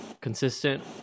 consistent